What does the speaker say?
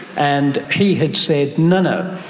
and he had said, no.